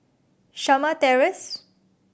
Shamah Terrace